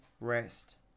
rest